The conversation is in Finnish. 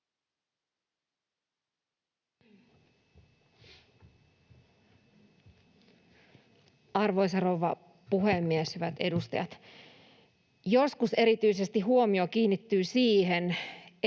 Arvoisa rouva puhemies! Hyvät edustajat! Joskus huomio kiinnittyy erityisesti